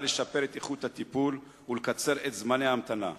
לשפר את איכות הטיפול ולקצר את זמני ההמתנה.